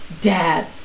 Dad